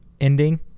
ending